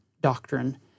doctrine